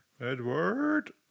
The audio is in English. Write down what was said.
Edward